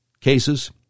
cases